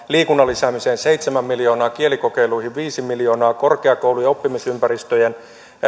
liikunnan lisäämiseen seitsemän miljoonaa kielikokeiluihin viisi miljoonaa korkeakoulujen oppimisympäristöjen